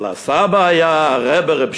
אבל הסבא היה רעבע,